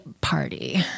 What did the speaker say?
party